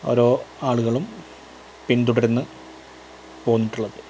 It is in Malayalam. ഓരോ ആളുകളും പിന്തുടർന്നു പോന്നിട്ടുളളത്